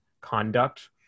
conduct